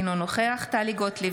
אינו נוכח טלי גוטליב,